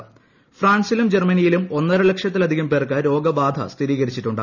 ഷ്ട്രാൻസിലും ജർമ്മനിയിലും ഒന്നര ലക്ഷത്തിലധികം പ്പേർക്ക് രോഗബാധ സ്ഥിരീകരിച്ചിട്ടുണ്ട്